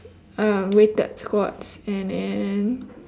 um weighted squats and then